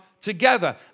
together